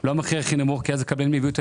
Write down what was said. לא המחיר הכי נמוך כי אז הקבלנים ייתנו את